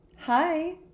Hi